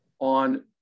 on